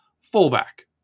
fullback